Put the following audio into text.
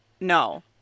No